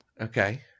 Okay